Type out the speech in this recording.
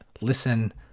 listen